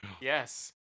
yes